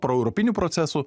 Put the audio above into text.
proeuropinių procesų